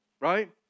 right